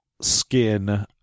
skin